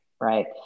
right